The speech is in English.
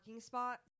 Spot